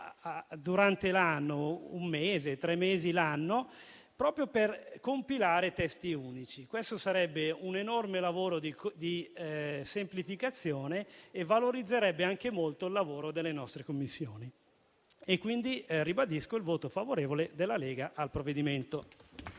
una sessione, un mese, tre mesi l'anno, proprio a compilare testi unici. Questa sarebbe un'enorme opera di semplificazione che valorizzerebbe anche molto il lavoro delle nostre Commissioni. Ribadisco pertanto il voto favorevole della Lega al provvedimento